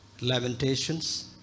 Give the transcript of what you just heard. Lamentations